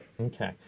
Okay